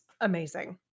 amazing